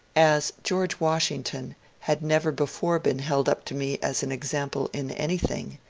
as george washington had never before been held up to me as an example in anything,